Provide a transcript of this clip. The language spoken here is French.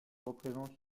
représentent